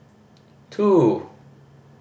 two